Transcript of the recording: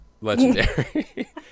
Legendary